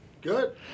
Good